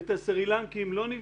את הסרילנקים לא נבדוק?